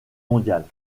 mondiales